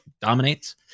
dominates